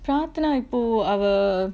பிரத்தானா இப்போ அவ:pirathanaa ippo ava